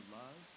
love